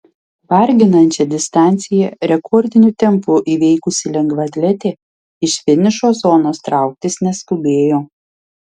varginančią distanciją rekordiniu tempu įveikusi lengvaatletė iš finišo zonos trauktis neskubėjo